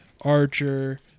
Archer